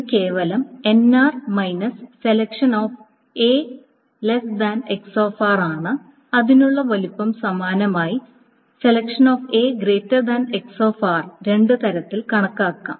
ഇത് കേവലം ആണ് അതിനുള്ള വലുപ്പം സമാനമായി രണ്ട് തരത്തിൽ കണക്കാക്കാം